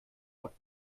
und